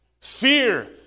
Fear